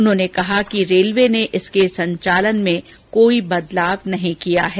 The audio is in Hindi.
उन्होंने कहा कि रेलवे ने इसके संचालन में कोई बदलाव नहीं किया है